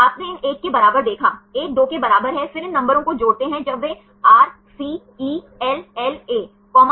यदि दूरी इस Ra प्लस Rb से अधिक है तो उनके पास कोई स्टेरिक इंटरैक्शन नहीं है इस मामले में घुमाव संभव है रोटेशन की अनुमति है